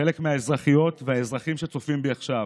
וחלק מהאזרחיות והאזרחים שצופים בי עכשיו,